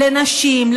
לנשים,